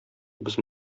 без